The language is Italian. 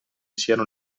siano